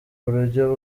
buryo